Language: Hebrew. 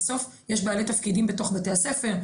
בסוף יש בעלי תפקידים בתוך בתי הספר,